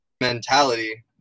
mentality